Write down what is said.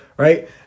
right